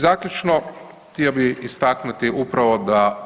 Zaključno, htio bih istaknuti upravo da